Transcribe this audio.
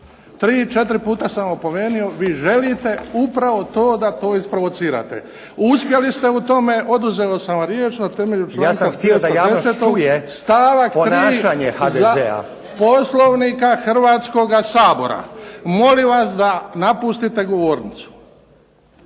Tri, četiri puta sam vas opomenuo, vi želite upravo to da to isprovocirate. Uspjeli ste u tome, oduzeo sam vam riječ na temelju članka 210. stavak 3. Poslovnika Hrvatskoga sabora stavak 3. Poslovnika